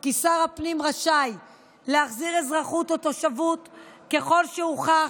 כי שר הפנים רשאי להחזיר אזרחות או תושבות אם הוכח